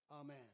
Amen